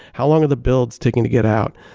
how long are the builds taking to get out?